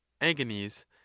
agonies